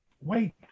wait